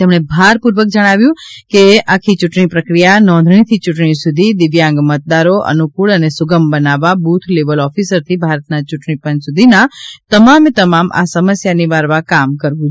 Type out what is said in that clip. તેમણે ભારપૂર્વક જણાવ્યું કે સમગ્રતયા યૂંટણી પ્રક્રિયા નોંધણી થી યૂંટણી સુધી દિવ્યાંગ મતદારો અનુકૂળ અને સુગમ બનાવવા બુથ લેવલ ઓફિસરથી ભારતના ચૂંટણી પંચ સુધીના તમામે આ સમસ્યા નિવારવા કામ કરવું જોઇએ